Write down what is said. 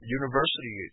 university